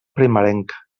primerenca